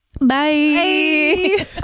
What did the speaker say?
Bye